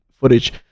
footage